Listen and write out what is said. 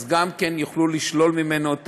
אז גם כאן יוכלו לשלול ממנו את